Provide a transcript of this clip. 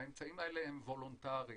האמצעים האלה הם וולונטריים.